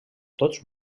tots